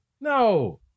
no